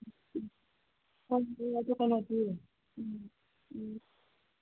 ꯍꯣꯏ ꯑꯗꯨ ꯀꯩꯅꯣꯗꯤ ꯎꯝ ꯎꯝ